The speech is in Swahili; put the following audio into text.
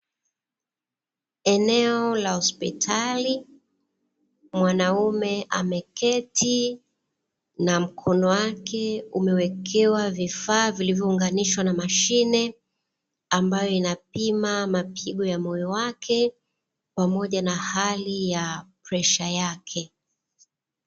Eneo la hospitali, mwanume ameketi na mkono wake umewekewa vifaa vilivyo unganishwa na mashine, ambayo inapima mapigo ya moyo wake pamoja na hali ya presha yake.